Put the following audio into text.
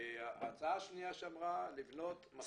הצעה שנייה אמרה לבנות מסלול